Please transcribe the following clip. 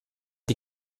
die